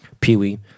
Pee-wee